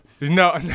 No